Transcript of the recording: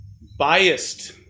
biased